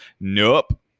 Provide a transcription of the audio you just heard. Nope